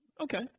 Okay